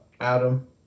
Adam